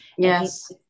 Yes